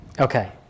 Okay